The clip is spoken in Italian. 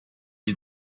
gli